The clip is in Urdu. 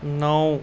نو